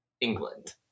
England